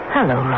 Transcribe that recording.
Hello